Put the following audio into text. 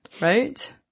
Right